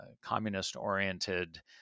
communist-oriented